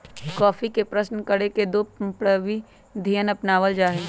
coffee के प्रशन करण के दो प्रविधियन अपनावल जा हई